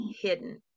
hidden